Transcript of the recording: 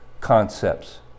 concepts